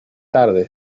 tarde